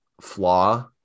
flaw